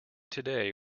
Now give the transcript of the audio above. today